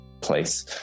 place